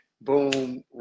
Boom